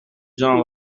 gens